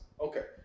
Okay